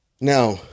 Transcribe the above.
Now